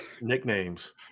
nicknames